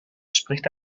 spricht